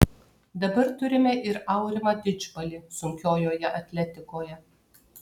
dabar turime ir aurimą didžbalį sunkiojoje atletikoje